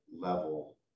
level